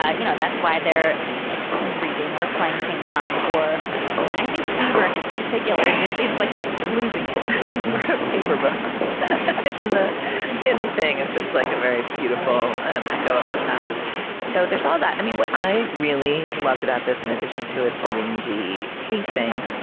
you know, that's why they're like reading or playing ping pong or i think seeber and in particular just seems like he's losing it no and paper books in the in. the thing is just like a very beautiful echo of the past so there's all that i mean, what i really loved about this, in addition to its rangy pacing,